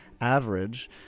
average